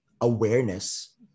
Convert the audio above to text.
awareness